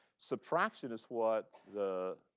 subtraction is what the